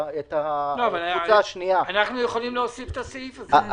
אנחנו יכולים להוסיף את הסעיף הזה.